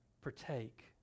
Partake